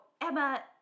Emma